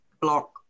block